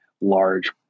large